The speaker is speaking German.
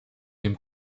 dem